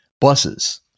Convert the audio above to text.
buses